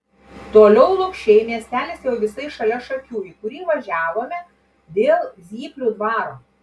toliau lukšiai miestelis jau visai šalia šakių į kurį važiavome dėl zyplių dvaro